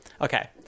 okay